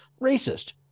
racist